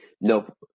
nope